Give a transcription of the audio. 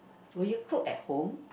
will you cook at home